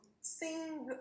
sing